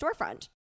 storefront